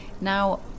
Now